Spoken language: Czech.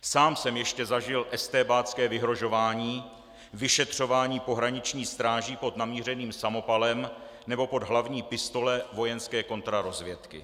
Sám jsem ještě zažil estébácké vyhrožování, vyšetřování pohraniční stráží pod namířeným samopalem nebo pod hlavní pistole vojenské kontrarozvědky.